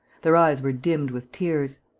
their eyes were dimmed with tears